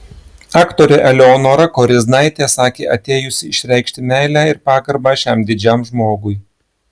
aktorė eleonora koriznaitė sakė atėjusi išreikšti meilę ir pagarbą šiam didžiam žmogui